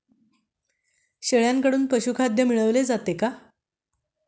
शेळ्यांकडून पशुखाद्य मिळवले जाते का?